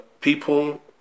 people